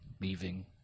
leaving